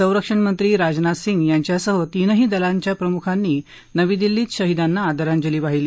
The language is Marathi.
संरक्षण मंत्री राजनाथ सिंग यांच्या सह तिनंही दलाच्या प्रमुखांनी नवी दिल्लीत शहीदाना आदरांजली वाहिली